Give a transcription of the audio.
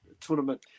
tournament